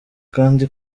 kandi